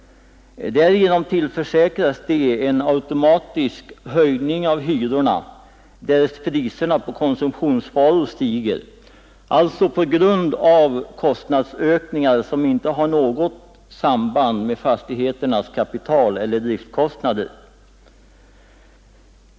Därigenom tillförsäkras de en automatisk höjning av hyrorna därest priserna på konsumtionsvaror stiger, alltså på grund av kostnadsökningar som inte har något samband med fastigheternas kapitaleller driftkostnader.